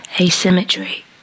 asymmetry